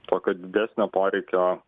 tokio didesnio poreikio